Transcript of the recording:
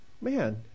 man